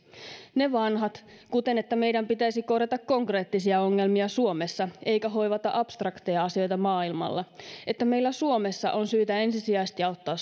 ne vanhat kuten että meidän pitäisi korjata konkreettisia ongelmia suomessa eikä hoivata abstrakteja asioita maailmalla tai että meillä suomessa on syytä ensisijaisesti auttaa